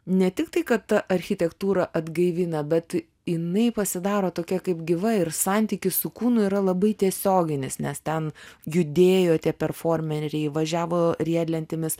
ne tik tai kad architektūrą atgaivina bet jinai pasidaro tokia kaip gyva ir santykis su kūnu yra labai tiesioginis nes ten judėjo tie performeriai važiavo riedlentėmis